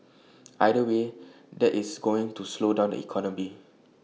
either way that is going to slow down the economy